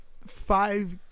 five